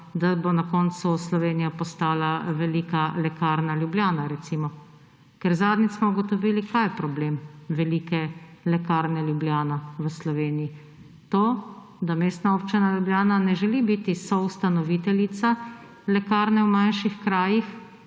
da bo na koncu Slovenija postala velika Lekarna Ljubljana, recimo. Ker zadnjič smo ugotovili, kaj je problem velike Lekarne Ljubljana v Sloveniji. To, da Mestna občina Ljubljana ne želi biti soustanoviteljica lekarne v manjših krajih,